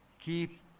Keep